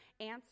answer